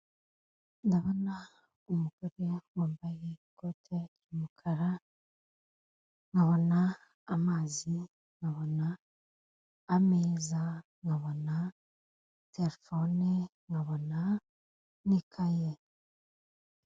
Ndabona umugore wambaye ikote ry'umukara, nkabona amazi, nkabona ameza, nkabona telefone, nkabona n'ikaye.